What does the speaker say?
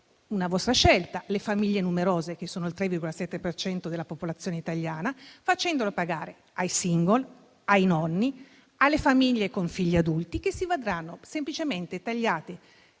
una vostra scelta - le famiglie numerose, che sono il 3,7 per cento della popolazione italiana, facendola pagare ai *single*, ai nonni, alle famiglie con figli adulti, che si vedranno semplicemente tagliati